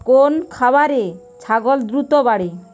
কোন খাওয়ারে ছাগল দ্রুত বাড়ে?